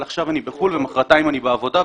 עכשיו אני בחו"ל ומחרתיים אני בעבודה,